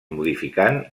modificant